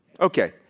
Okay